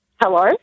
Hello